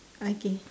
okay